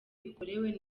bikorewe